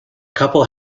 couple